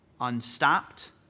unstopped